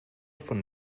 von